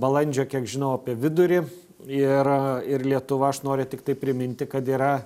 balandžio kiek žinau apie vidurį ir ir lietuva aš noriu tiktai priminti kad yra